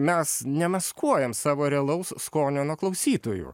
mes nemaskuojam savo realaus skonio nuo klausytojų